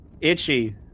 Itchy